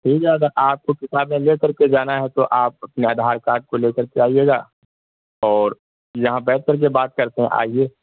ٹھیک ہے اگر آپ کو کتابیں لے کر کے جانا ہے تو آپ اپنے آدھار کارڈ و لے کر کے آئیے گا اور یہاں بیٹھ کر کے بات کرتے ہیں آئیے